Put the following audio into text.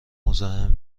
مزاحم